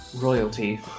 royalty